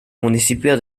municipio